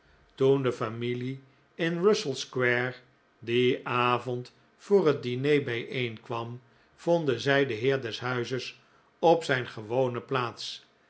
de familie in russell square dien avond voor het diner bijeenkwam vonden zij den heer des huizes op zijn gewone plaats